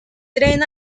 tren